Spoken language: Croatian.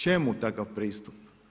Čemu takav pristup?